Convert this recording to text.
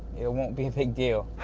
it won't be a big deal.